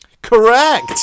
Correct